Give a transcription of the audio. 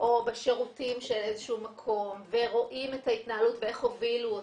או בשירותים של איזשהו מקום ורואים את ההתנהלות ואיך הובילו אותה,